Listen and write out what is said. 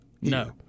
no